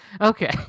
Okay